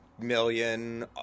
million